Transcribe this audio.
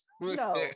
No